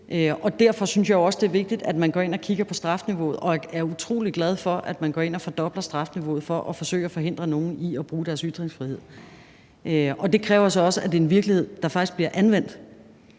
og derfor synes jeg også, det er vigtigt, at man går ind og kigger på straffeniveauet, og jeg er utrolig glad for, at man går ind og fordobler straffeniveauet for at forsøge at forhindre nogen i at bruge deres ytringsfrihed. Det kræver så også en virkelighed, hvor det faktisk bliver anvendt.